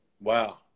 Wow